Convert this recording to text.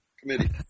Committee